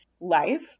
life